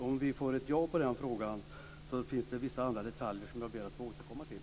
Om vi får ett ja på den frågan finns det vissa andra detaljer som jag ber att få återkomma till.